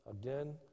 again